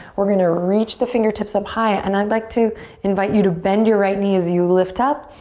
we're going to reach the fingertips up high. and i'd like to invite you to bend your right knee as you lift up.